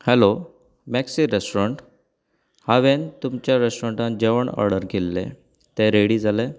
hello मेक्से restaurant हांवें तुमच्या रेस्टोरंटान जेवण ओर्डर केल्ले ते रेडी जाले